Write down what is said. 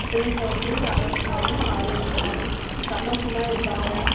பிள்ளைங்க வந்து சந்தோசமாகவும் ஆரோக்கியமாகவும் சந்தோசமாக இருப்பாங்க